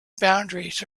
boundaries